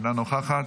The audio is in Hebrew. אינה נוכחת,